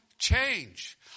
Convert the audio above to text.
Change